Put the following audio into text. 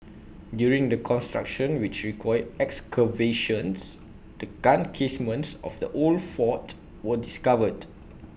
during the construction which required excavations the gun casements of the old fort were discovered